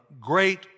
great